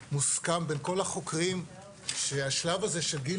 ומוסכם בין כל החוקרים שהשלב הזה של גיל